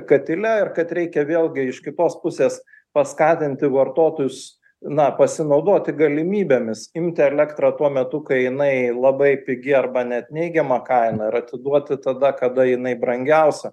katile ir kad reikia vėlgi iš kitos pusės paskatinti vartotojus na pasinaudoti galimybėmis imti elektrą tuo metu kai jinai labai pigi arba net neigiama kaina ir atiduoti tada kada jinai brangiausia